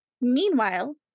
Meanwhile